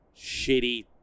shitty